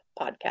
podcast